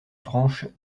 branche